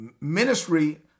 Ministry